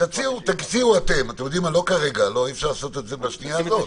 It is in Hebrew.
לא כרגע, אי-אפשר לעשות את זה בשנייה הזאת,